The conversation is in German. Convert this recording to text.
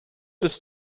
des